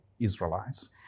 Israelites